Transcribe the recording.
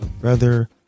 brother